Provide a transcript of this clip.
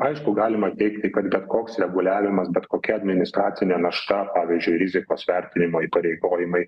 aišku galima teigti kad bet koks reguliavimas bet kokia administracinė našta pavyzdžiui rizikos vertinimo įpareigojimai